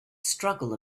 struggle